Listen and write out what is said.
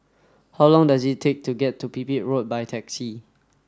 how long does it take to get to Pipit Road by taxi